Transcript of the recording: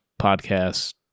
podcast